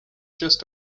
just